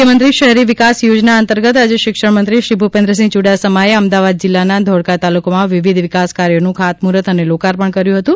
મુખ્યમંત્રી શહેરી વિકાસ યોજના અંતર્ગત આજે શિક્ષણમંત્રીશ્રી ભુપેન્દ્રસિંહ યુડાસમાએ અમદાવાદ જિલ્લાના ધોળકા તાલુકામાં વિવિધ વિકાસ કાર્યોનું ખાતમુહૂર્ત અને લોકાર્પણ કર્યું હતું